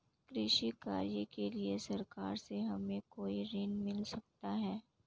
कृषि कार्य के लिए सरकार से हमें कोई ऋण मिल सकता है?